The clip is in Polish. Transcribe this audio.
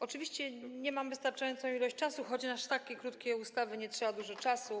Oczywiście nie mam wystarczającej ilości czasu, chociaż na tak krótką ustawę nie trzeba dużo czasu.